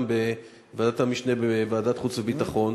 בוועדת המשנה בוועדת חוץ וביטחון.